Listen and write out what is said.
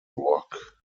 rock